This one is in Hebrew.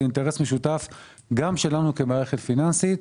זה אינטרס משותף גם שלנו כמערכת פיננסית.